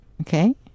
Okay